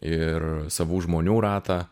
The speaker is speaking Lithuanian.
ir savų žmonių ratą